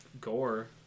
gore